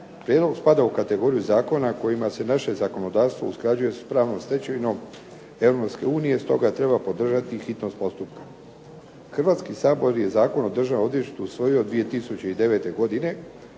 Prijedlog spada u kategoriju zakona kojima se naše zakonodavstvo usklađuje s pravnom stečevinom EU i stoga treba podržati hitnost postupka. Hrvatski sabor je Zakon o Državnom odvjetništvu usvojio 2009. godine.